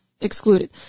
excluded